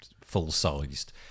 full-sized